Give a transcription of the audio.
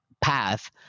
path